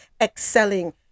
excelling